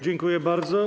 Dziękuję bardzo.